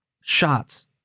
shots